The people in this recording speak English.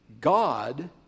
God